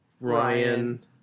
Ryan